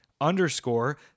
underscore